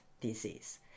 disease